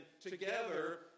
together